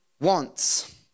wants